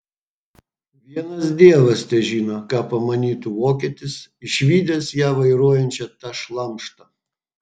vienas dievas težino ką pamanytų vokietis išvydęs ją vairuojančią tą šlamštą